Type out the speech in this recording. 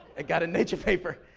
and got a nature paper.